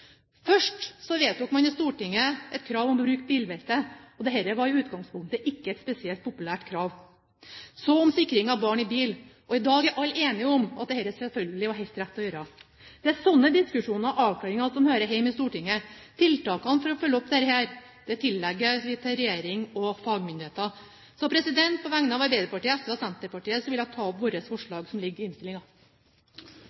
Først vedtok man i Stortinget et krav om bruk av bilbelte, dette var i utgangspunktet ikke et spesielt populært krav, og så krav om sikring av barn i bil. I dag er alle enige om at dette selvfølgelig var helt rett å gjøre. Det er slike diskusjoner og avklaringer som hører hjemme i Stortinget. Tiltakene for å følge opp dette tilligger regjering og fagmyndigheter. På vegne av Arbeiderpartiet, SV og Senterpartiet vil jeg ta opp vårt